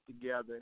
together